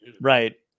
Right